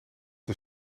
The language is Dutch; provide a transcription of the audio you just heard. een